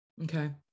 Okay